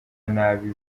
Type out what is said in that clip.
nabi